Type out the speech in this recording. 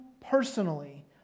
personally